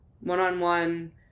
One-on-one